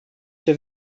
ter